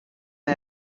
may